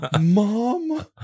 mom